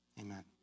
Amen